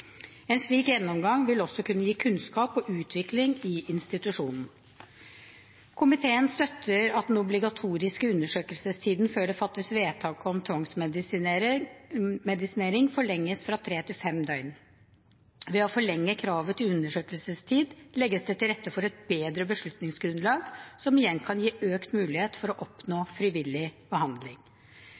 En slik gjennomgang vil også kunne gi kunnskap og utvikling i institusjonen. Komiteen støtter at den obligatoriske undersøkelsestiden før det fattes vedtak om tvangsmedisinering, forlenges fra tre til fem døgn. Ved å forlenge kravet til undersøkelsestid legges det til rette for et bedre beslutningsgrunnlag, som igjen kan gi økt mulighet til å oppnå frivillig behandling.